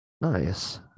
Nice